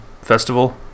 Festival